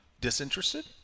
disinterested